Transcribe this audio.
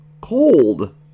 Cold